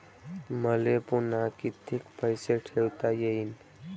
मले पुन्हा कितीक पैसे ठेवता येईन?